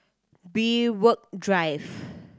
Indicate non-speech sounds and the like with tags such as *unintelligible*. *unintelligible* Drive